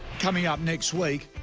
coming up next week,